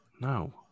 no